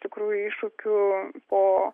tikrų iššūkių o